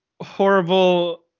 horrible